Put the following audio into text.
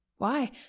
Why